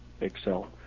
excel